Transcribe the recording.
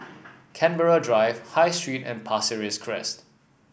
Canberra Drive High Street and Pasir Ris Crest